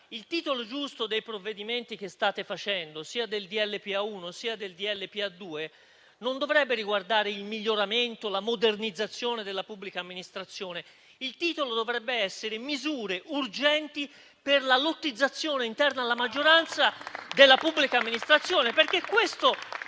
Il titolo giusto dei provvedimenti che state facendo, sia del decreto-legge cosiddetto PA 1 che del decreto-legge PA 2, non dovrebbe riguardare il miglioramento o la modernizzazione della pubblica amministrazione. Il titolo dovrebbe essere: misure urgenti per la lottizzazione interna alla maggioranza della pubblica amministrazione.